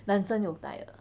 男生有带的